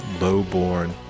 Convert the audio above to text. low-born